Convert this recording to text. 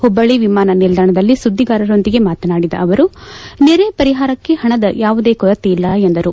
ಹುಬ್ಲಳ್ಳಿ ವಿಮಾನ ನಿಲ್ದಾಣದಲ್ಲಿ ಸುದ್ವಿಗಾರರೊಂದಿಗೆ ಮಾತನಾಡಿದ ಅವರು ನೆರೆ ಪರಿಹಾರಕ್ಕೆ ಹಣದ ಯಾವುದೇ ಕೊರತೆ ಇಲ್ಲ ಎಂದರು